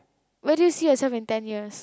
where did you see yourself in ten years